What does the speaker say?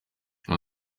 iyi